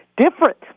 Different